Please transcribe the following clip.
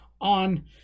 On